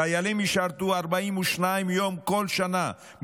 חיילים ישרתו 42 יום כל שנה,